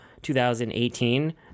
2018